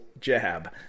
jab